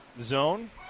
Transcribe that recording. zone